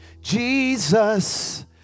Jesus